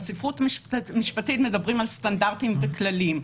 בספרות המשפטית מדברים על סטנדרטים וכללים,